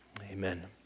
Amen